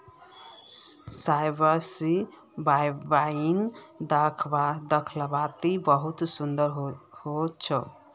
Cyprus wine दाख्वात बहुत सुन्दर होचे